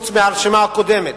חוץ מהרשימה הקודמת.